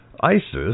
ISIS